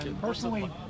personally